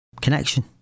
connection